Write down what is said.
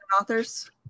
Authors